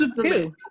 Two